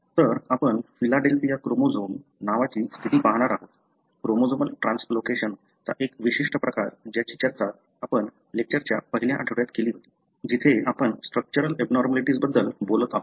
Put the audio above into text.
तर आपण Philadelphia chromosome नावाची स्थिती पाहणार आहोत क्रोमोझोमल ट्रान्सलोकेशन चा एक विशिष्ट प्रकार ज्याची चर्चा आपण लेक्चरच्या पहिल्या आठवड्यात केली होती जिथे आपण स्ट्रक्चरल एबनॉर्मलिटीज स्ट्रक्चरल विकृतीबद्दल बोलत आहोत